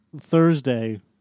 Thursday